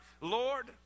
Lord